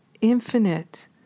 infinite